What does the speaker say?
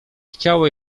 chciało